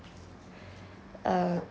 a